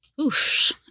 oof